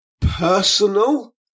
personal